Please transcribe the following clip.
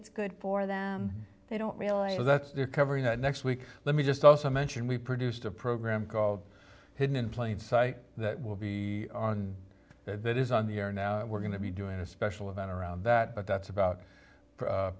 it's good for them they don't realize that's they're covering that next week let me just also mention we produced a program called hidden in plain sight that will be on and that is on the air now we're going to be doing a special event around that that's about